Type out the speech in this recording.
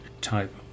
Type